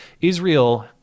Israel